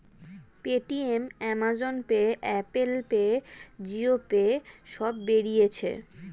Paytm, Amazon Pay, Apple Pay, Jio Pay সব বেরিয়েছে